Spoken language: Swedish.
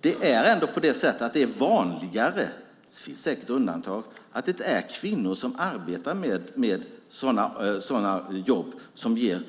Det är ändå på det sättet att det är vanligare - det finns säkert undantag - att kvinnor arbetar med sådana jobb som ger